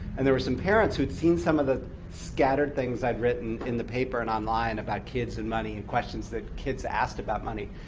and there were some parents who had seen some of the scattered things i'd written in the paper and online about kids and money, and questions that kids asked about money.